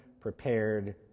prepared